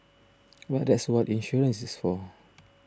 but that's what insurance is for